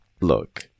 Look